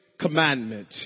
commandment